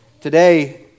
Today